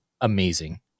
amazing